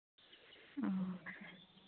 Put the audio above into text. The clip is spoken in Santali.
ᱚᱻ